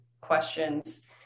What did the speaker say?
questions